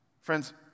friends